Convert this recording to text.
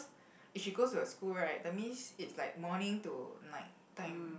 if she goes to her school right that means it's like morning to night time